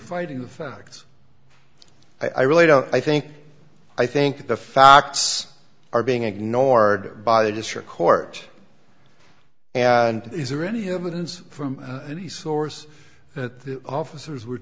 fighting the facts i really don't i think i think the facts are being ignored by the district court and is there any evidence from any source that the officers were